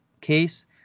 case